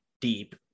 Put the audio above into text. deep